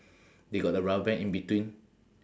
they got the rubber band in between